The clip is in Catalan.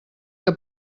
que